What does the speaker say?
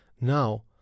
Now